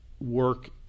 work